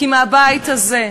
כי מהבית הזה,